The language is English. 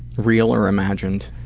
real or imagined?